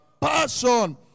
passion